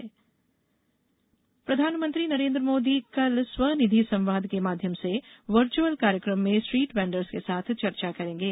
प्रधानमंत्री संवाद प्रधानमंत्री नरेन्द्र मोदी कल स्वनिधि संवाद के माध्यम से वर्चुअल कार्यक्रम में स्ट्रीट वेंडर्स के साथ चर्चा करेंगे